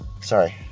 sorry